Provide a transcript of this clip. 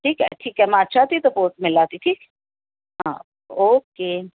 ठीकु आहे ठीकु आहे मां अचां थी त पोइ मिलां थी ठीकु हा ओके